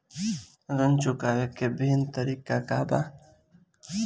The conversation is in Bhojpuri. ऋण चुकावे के विभिन्न तरीका का बा?